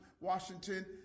Washington